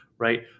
right